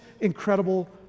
incredible